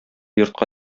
йортка